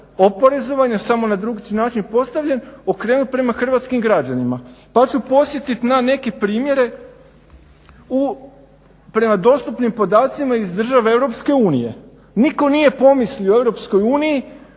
oporezovanja samo na drukčiji način postavljen okrenuti prema hrvatskim građanima, pa ću podsjetiti na neke primjere prema dostupnim podacima iz države Europske unije, nitko nije